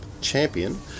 champion